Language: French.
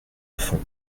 fond